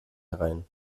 herein